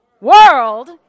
world